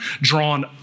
drawn